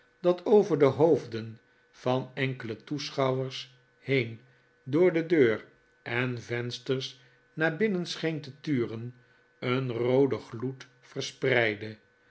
dat over de hoofden van enkele toeschouwers heen door de deur en vensters naar binnen scheen te turen een rooden gloed verspreidde